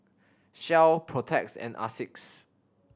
Shell Protex and Asics